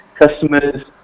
customers